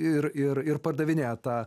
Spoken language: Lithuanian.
ir ir ir pardavinėja tą